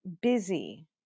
busy